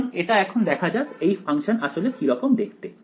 সুতরাং এটা এখন দেখা যাক এই ফাংশন আসলে কি রকম দেখতে